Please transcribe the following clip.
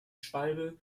schwalbe